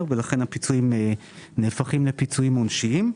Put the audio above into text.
והפיצויים נהפכים לפיצויים עונשיים.